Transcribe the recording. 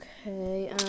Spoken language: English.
Okay